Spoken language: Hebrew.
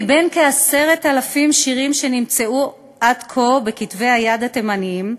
מכ-10,000 שירים שנמצאו עד כה בכתבי היד התימניים,